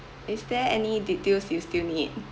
is there any details you still need